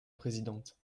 présidente